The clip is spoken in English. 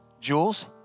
Jules